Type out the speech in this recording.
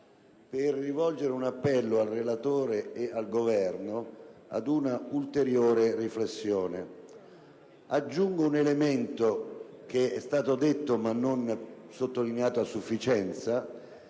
per rivolgere un appello al relatore e al Governo a svolgere un'ulteriore riflessione. Aggiungo un elemento che è stato menzionato, ma non sottolineato a sufficienza: